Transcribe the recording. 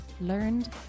learned